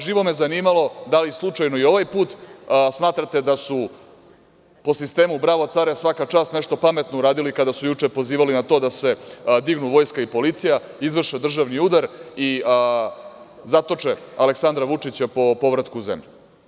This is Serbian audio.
Živo me zanima da li i ovaj put smatrate da su po sistemu „bravo, care, svaka čast“ nešto pametno uradili kada su juče pozivali na to da se dignu vojska i policija, izvrše državni udar i zatoče Aleksandra Vučića po povratku u zemlju?